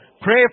Pray